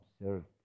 observed